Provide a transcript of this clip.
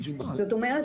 זאת אומרת,